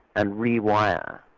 and rewire